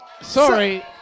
Sorry